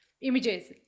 images